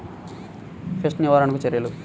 Pest నివారణకు చర్యలు?